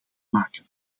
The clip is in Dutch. maken